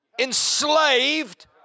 enslaved